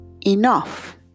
enough